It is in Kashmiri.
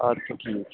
اَدٕ سا ٹھیٖک چھُ